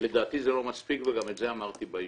לדעתי זה לא מספיק וגם את זה אמרתי בישיבה.